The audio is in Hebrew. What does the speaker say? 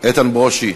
איתן ברושי.